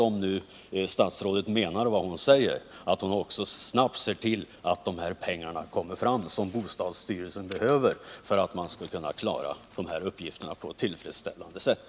Om statsrådet menar vad hon säger är det rimligt att hon också snabbt ser till att de pengar kommer fram som bostadsstyrelsen behöver för att man skall kunna klara de här uppgifterna på ett tillfredsställande sätt.